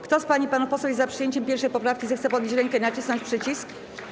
Kto z pań i panów posłów jest za przyjęciem 1. poprawki, zechce podnieść rękę i nacisnąć przycisk.